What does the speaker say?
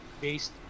based